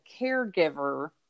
caregiver